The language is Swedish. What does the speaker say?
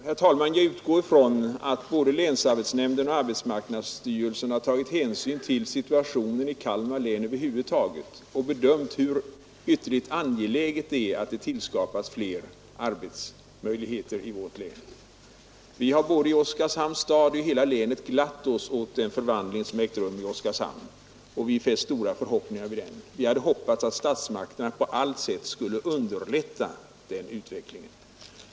Herr talman! Jag utgår ifrån att både länsarbetsnämnden och arbetsmarknadsstyrelsen har tagit hänsyn till situationen i Kalmar län över huvud taget och bedömt hur ytterligt angeläget det är att fler arbetsmöjligheter tillskapas i vårt län. Både i Oskarshamns stad och i hela länet har vi glatt oss åt den förvandling som ägt rum i Oskarshamn, och vi har fäst stora förhoppningar vid den. Vi hade hoppats att statsmakterna på allt sätt skulle underlätta utvecklingen.